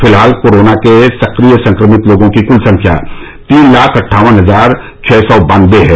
फिलहाल कोरोना के सक्रिय संक्रमित लोगों की क्ल संख्या तीन लाख अट्ठावन हजार छह सौ बानबे है